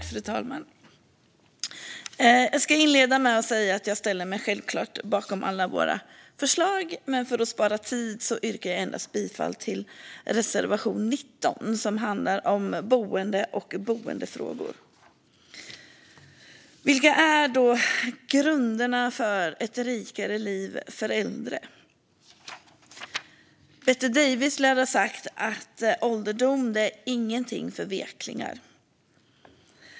Fru talman! Jag ska inleda med att säga att jag självfallet står bakom alla våra förslag, men för att spara tid yrkar jag bifall endast till reservation 19, som handlar om boende och boendefrågor. Vilka är då grunderna för ett rikare liv för äldre? Bette Davis lär ha sagt: Ålderdom är ingenting för veklingar.